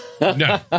No